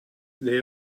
they